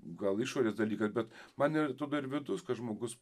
gal išorės dalykas bet man ir atrodo ir vidus kad žmogus